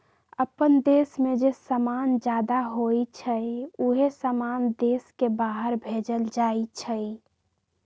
अप्पन देश में जे समान जादा होई छई उहे समान देश के बाहर भेजल जाई छई